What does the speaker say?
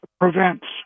prevents